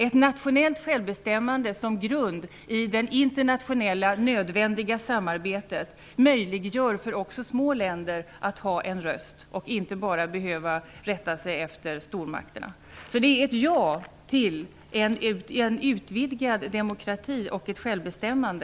Ett nationellt självbestämmande som grund i det internationella, nödvändiga, samarbetet möjliggör en röst också för små länder, i stället för att de enbart skall behöva rätta sig efter stormakterna. Vår position innebär ett ja till en utvidgad demokrati och ett självbestämmande.